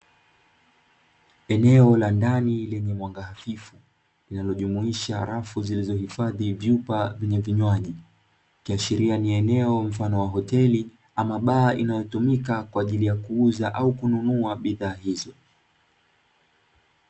Eneo la ndani lenye mwanga hafifu, linalojumuisha rafu zilizohifadhi chupa zenye vinywaji, ikiashiria ni eneo mfano wa hoteli, ama baa inayotumika kwa ajili ya kuuza au kununua bidhaa izo.